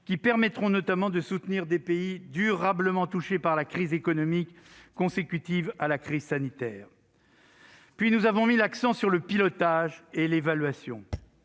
qui permettront notamment de soutenir des pays durement touchés par la crise économique consécutive à la crise sanitaire. Quatrièmement, nous avons mis l'accent sur le pilotage et l'évaluation,